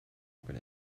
open